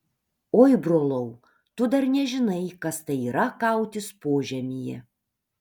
oi brolau tu dar nežinai kas tai yra kautis požemyje